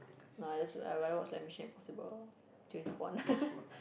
no I just I rather watch like Mission Impossible James Bond